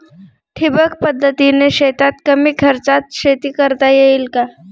ठिबक पद्धतीने शेतात कमी खर्चात शेती करता येईल का?